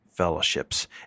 fellowships